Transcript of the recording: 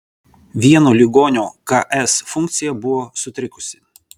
vieno ligonio ks funkcija buvo sutrikusi